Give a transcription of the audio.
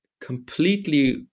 completely